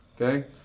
okay